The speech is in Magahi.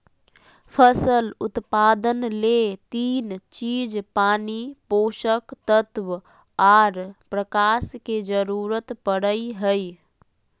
फसल उत्पादन ले तीन चीज पानी, पोषक तत्व आर प्रकाश के जरूरत पड़ई हई